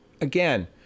again